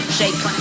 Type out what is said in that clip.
shake